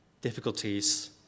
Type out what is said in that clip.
difficulties